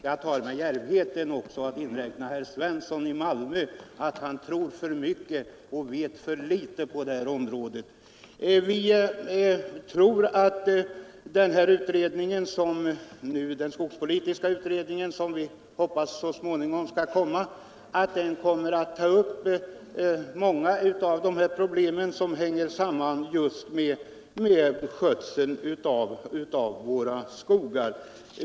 Jag tar mig djärvheten att till dem som tror, och inte vet så mycket, räkna också herr Svensson i Malmö. Den skogspolitiska utredningen kommer att ta upp många av de problem som sammanhänger med skötseln av våra skogar.